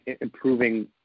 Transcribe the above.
improving